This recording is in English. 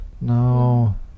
no